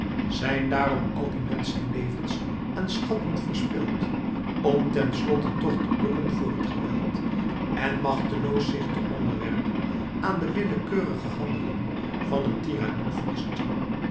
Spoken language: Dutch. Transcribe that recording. zijn dààrom al die menschenlevens en schatten verspild om ten slotte toch te bukken voor het geweld en machteloos zich te onderwerpen aan de willekeurige handelingen van een tiranniek vorst